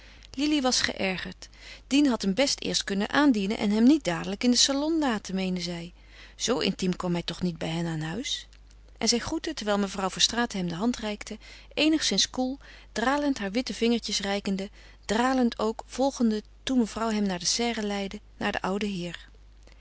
lili was geërgerd dien had hem best eerst kunnen aandienen en hem niet dadelijk in den salon laten meende zij zoo intiem kwam hij toch niet bij hen aan huis en zij groette terwijl mevrouw verstraeten hem de hand reikte eenigszins koel dralend haar witte vingertjes reikende dralend ook volgende toen mevrouw hem naar de serre leidde naar den ouden heer